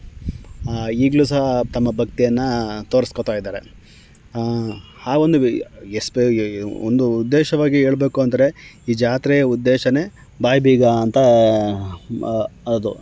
ಈಗಲೂ ಸಹ ತಮ್ಮ ಭಕ್ತಿಯನ್ನ ತೋರ್ಸ್ಕೊಳ್ತ ಇದ್ದಾರೆ ಆ ಒಂದು ಎಸ್ಪ ಒಂದು ಉದ್ದೇಶವಾಗಿ ಹೇಳ್ಬೇಕು ಅಂದರೆ ಈ ಜಾತ್ರೆಯ ಉದ್ದೇಶವೇ ಬಾಯಿ ಬೀಗ ಅಂತ ಅದು